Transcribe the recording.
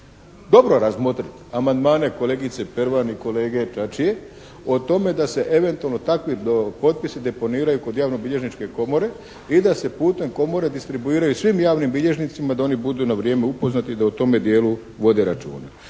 dobro razmotriti amandmane kolegice Pervan i kolege Čačije o tome da se eventualno takvi potpisi deponiraju kod Javnobilježničke Komore i da se putem Komore distribuiraju svim javnim bilježnicima da oni budu na vrijeme upoznati da u tome dijelu vode računa.